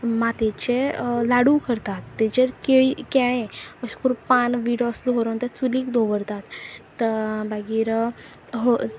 मातयेचे लाडू करतात ताजेर केळी केळें अशें करून पान विडो असो दवरून त्या चुलीक दवरतात मागीर